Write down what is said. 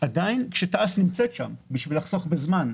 עדיין כשתע"ש נמצאת שם בשביל לחסוך בזמן,